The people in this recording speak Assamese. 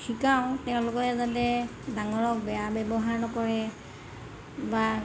শিকাওঁ তেওঁলোকে যাতে ডাঙৰক বেয়া ব্যৱহাৰ নকৰে বা